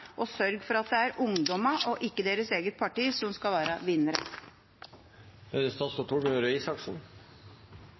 og ungdommens beste foran, og sørg for at det er ungdommene og ikke deres eget parti som skal være vinnere. For det første er det